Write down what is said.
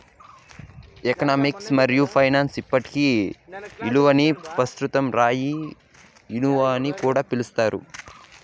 economics మరియు finance ఇప్పటి ఇలువని పెస్తుత రాయితీ ఇలువని కూడా పిలిస్తారు